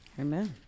amen